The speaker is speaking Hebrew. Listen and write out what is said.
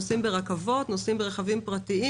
הם נוסעים ברכבות או ברכבים פרטיים?